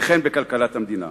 וכן בכלכלת המדינה.